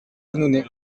annonay